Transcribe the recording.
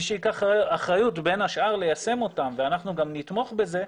מי שייקח אחריות בין השאר ליישם אותן ואנחנו גם נתמוך בזה,